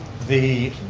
the